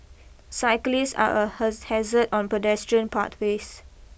cyclists are a hazard on pedestrian pathways